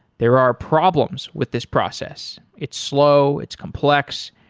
there are problems with this process. it's slow, it's complex,